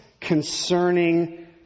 concerning